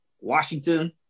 Washington